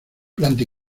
planta